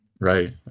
Right